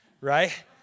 right